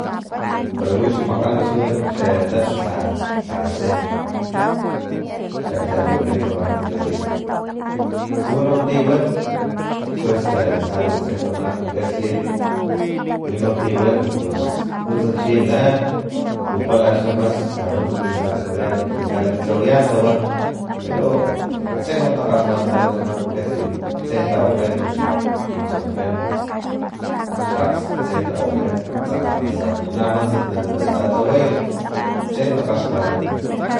Para wix makgana xa talts lha lha tse lakla tunkan ama kukalhit lhuwano tiwan kuesa lhalutse tsama kukalhit wini ti wan pus nuntsa chi la lu pala xa masn pus nanuntsa kin kalhawayan kin kalaklhawayan tawan pero tseno takgalhwanampara tsama kikalhit tse tawawak kin chaukan xlakgts tse tawakan tsana na maski tina matsat natalhaway tse takgalhwanan